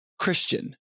Christian